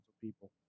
people